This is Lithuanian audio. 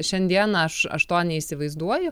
šiandieną aš aš to neįsivaizduoju